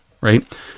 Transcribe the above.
Right